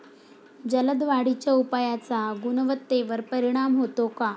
जलद वाढीच्या उपायाचा गुणवत्तेवर परिणाम होतो का?